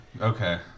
Okay